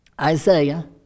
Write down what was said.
Isaiah